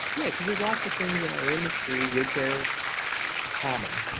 yeah, cause there's lots of things in our industry which are common.